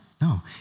No